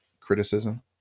criticism